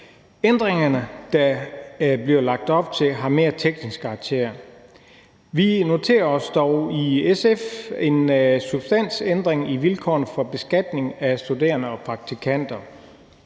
ændringerne, der bliver lagt op til, har mere en teknisk karakter. Vi noterer os dog i SF en substansændring i vilkårene for beskatning af studerende og praktikanter,